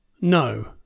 No